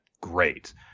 great